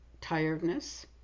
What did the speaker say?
Tiredness